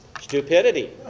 stupidity